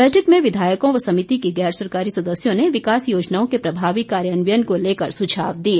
बैठक में विधायकों व समिति के गैर सरकारी सदस्यों ने विकास योजनाओं के प्रभावी कार्यान्वयन को लेकर सुझाव दिए